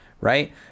Right